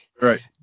right